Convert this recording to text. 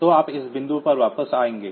तो आप इस बिंदु पर वापस आएंगे